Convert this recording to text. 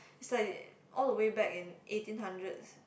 it's like all the way back in eighteen hundreds